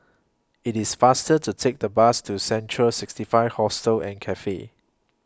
IT IS faster to Take The Bus to Central sixty five Hostel and Cafe